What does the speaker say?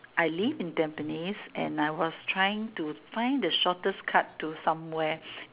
I live in Tampines and I was trying to find the shortest cut to somewhere